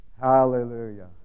Hallelujah